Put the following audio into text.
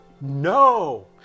No